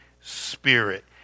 Spirit